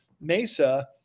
Mesa